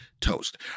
toast